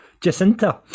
Jacinta